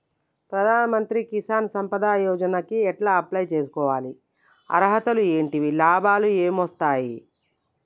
ప్రధాన మంత్రి కిసాన్ సంపద యోజన కి ఎలా అప్లయ్ చేసుకోవాలి? అర్హతలు ఏంటివి? లాభాలు ఏమొస్తాయి?